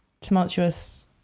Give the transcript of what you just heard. tumultuous